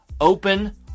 Open